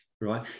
right